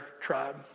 tribe